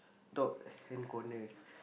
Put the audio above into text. top hand corner